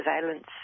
surveillance